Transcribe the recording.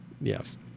yes